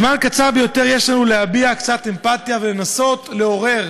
זמן קצר ביותר יש לנו להביע קצת אמפתיה ולנסות לעורר